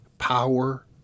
power